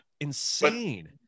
insane